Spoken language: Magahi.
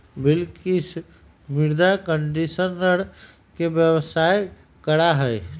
बिलकिश मृदा कंडीशनर के व्यवसाय करा हई